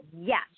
Yes